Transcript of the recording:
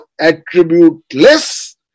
attributeless